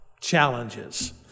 challenges